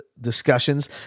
discussions